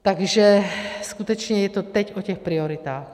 Takže skutečně je to teď o těch prioritách.